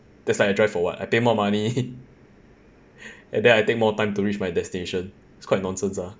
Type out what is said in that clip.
then it's like I drive for what I pay more money and then I take more time to reach my destination it's quite nonsense lah